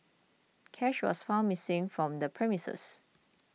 cash was found missing from the premises